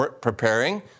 Preparing